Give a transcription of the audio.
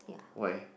why